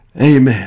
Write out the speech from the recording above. Amen